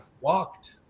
walked